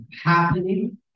happening